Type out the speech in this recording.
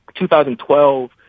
2012